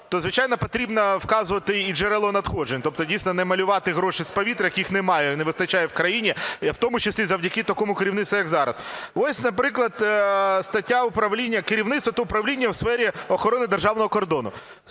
звичайно, потрібно вказувати і джерело надходжень. Тобто, дійсно, не малювати гроші з повітря, як їх немає, не вистачає в країні, у тому числі завдяки такому керівництву як зараз. Ось, наприклад, стаття "Керівництво та управління у сфері охорони державного кордону".